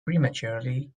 prematurely